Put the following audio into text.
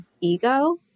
ego